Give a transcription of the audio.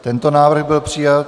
Tento návrh byl přijat.